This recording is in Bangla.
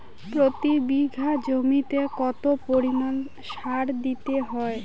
প্রতি বিঘা জমিতে কত পরিমাণ সার দিতে হয়?